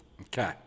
Okay